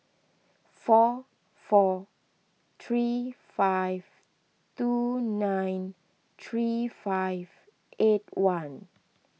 four four three five two nine three five eight one